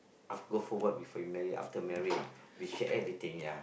after go forward before you married after married we share everything ya